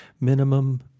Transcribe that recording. minimum